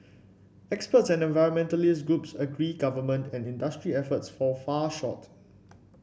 experts and environmentalist groups agree government and industry efforts fall far short